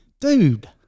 dude